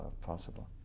possible